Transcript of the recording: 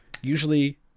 usually